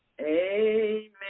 Amen